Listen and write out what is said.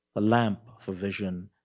a lamp for vision,